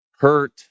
Hurt